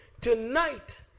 Tonight